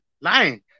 lying